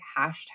hashtag